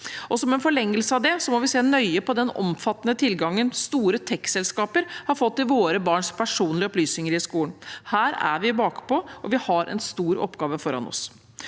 år. Som en forlengelse av det må vi se nøye på den omfattende tilgangen store teknologiselskaper har fått til våre barns personlige opplysninger i skolen. Her er vi bakpå, og vi har en stor oppgave foran oss.